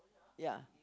ya